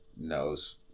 knows